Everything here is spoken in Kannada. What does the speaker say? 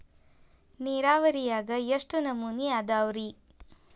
ನೇರಾವರಿಯಾಗ ಎಷ್ಟ ನಮೂನಿ ಅದಾವ್ರೇ?